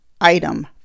item